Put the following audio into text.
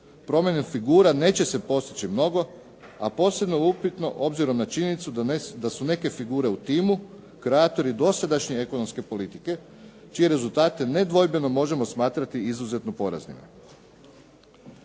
promjene figura neće se postići mnogo a posebno je upitno obzirom na činjenicu da su neke figure u timu kreatori dosadašnje ekonomske politike čije rezultate nedvojbeno možemo smatrati izuzetno poraznima.